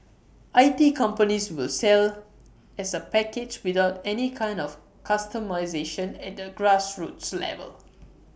I T companies will sell as A package without any kind of customisation at A grassroots level